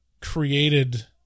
created